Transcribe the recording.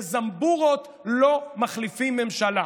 בזמבורות לא מחליפים ממשלה.